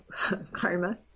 Karma